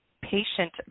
patient